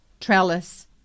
trellis